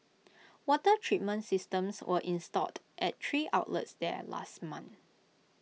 water treatment systems were installed at three outlets there last month